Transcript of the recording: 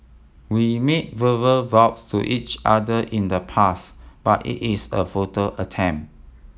we made verbal vows to each other in the past but it is a futile attempt